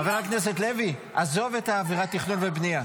וחבר הכנסת לוי, עזוב את עבירת התכנון והבנייה.